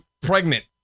pregnant